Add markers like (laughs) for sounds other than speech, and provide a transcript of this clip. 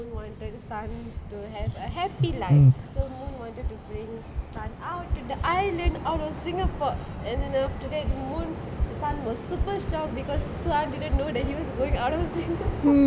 mm wanted sun to have a happy life so moon wanted to bring sun out to the island of singapore and then after that moon sun was super shocked because sun didn't know that he was going out (laughs)